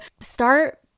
start